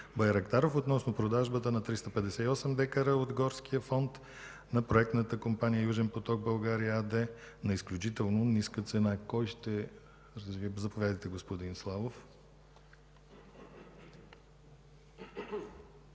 Петър Славов относно продажбата на 358 дка от горския фонд на проектната компания „Южен поток България”АД на изключително ниска цена. Кой ще развие въпроса? Заповядайте, господин Славов.